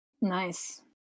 Nice